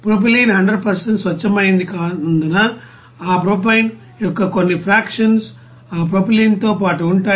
propylene 100 స్వచ్ఛమైనది కానందున ఆ ప్రొపైన్ యొక్క కొన్ని ఫ్రాక్షన్స్ ఆ ప్రొపైలిన్తో పాటు ఉంటాయి